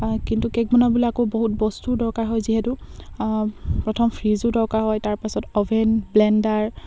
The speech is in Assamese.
কিন্তু কে'ক বনাবলৈ আকৌ বহুত বস্তু দৰকাৰ হয় যিহেতু প্ৰথম ফ্ৰিজো দৰকাৰ হয় তাৰপাছত অ'ভেন ব্লেণ্ডাৰ